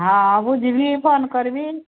ହଁ ବୁଝିବି ଫୋନ କରିବି